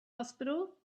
hospital